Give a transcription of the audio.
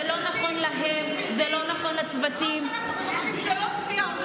זה לא נכון להם, זה לא נכון לצוותים.